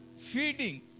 feeding